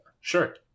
Sure